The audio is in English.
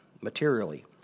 materially